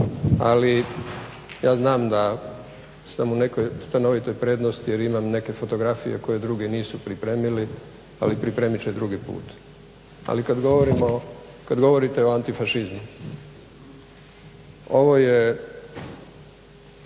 Ali, ja znam da sam u nekoj stanovitoj prednosti jer imam neke fotografije koje drugi nisu pripremili, ali pripremit će drugi put. Ali kad govorite o antifašizmu ovo je